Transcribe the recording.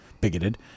bigoted